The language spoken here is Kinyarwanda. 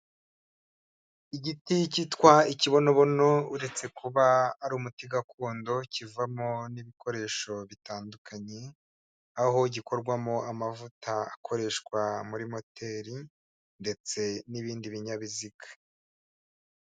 Igiti cyitwa ikibonobono uretse kuba ari umuti gakondo kivamo n'ibikoresho bitandukanye, aho gikorwamo amavuta akoreshwa muri moteri ndetse n'ibindi binyabiziga.